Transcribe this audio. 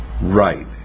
right